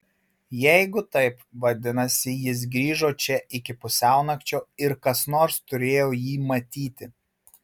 jeigu taip vadinasi jis grįžo čia iki pusiaunakčio ir kas nors turėjo jį matyti